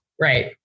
right